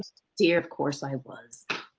dear, of course, i was